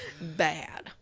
Bad